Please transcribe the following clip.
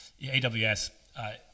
AWS